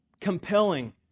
compelling